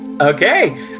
okay